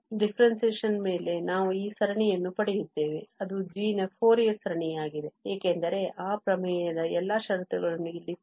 ಆದ್ದರಿಂದ differentiation ಮೇಲೆ ನಾವು ಈ ಸರಣಿಯನ್ನು ಪಡೆಯುತ್ತೇವೆ ಅದು g ನ ಫೋರಿಯರ್ ಸರಣಿಯಾಗಿದೆ ಏಕೆಂದರೆ ಆ ಪ್ರಮೇಯದ ಎಲ್ಲಾ ಷರತ್ತುಗಳನ್ನು ಇಲ್ಲಿ ಪೂರೈಸಲಾಗಿದೆ